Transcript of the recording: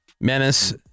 Menace